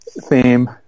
theme